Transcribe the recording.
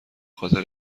خاطر